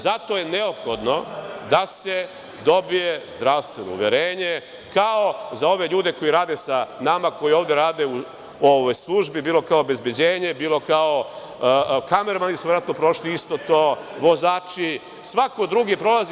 Zato je neophodno da se dobije zdravstveno uverenje, kao za ove ljude koji rade sa nama, koji ovde rade u ovoj službi, bilo kao obezbeđenje, kamermani su verovatno prošli isto to, vozači, svako drugi prolazi.